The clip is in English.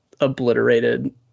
obliterated